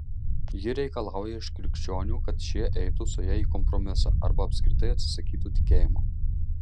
ji reikalauja iš krikščionių kad šie eitų su ja į kompromisą arba apskritai atsisakytų tikėjimo